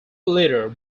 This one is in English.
leader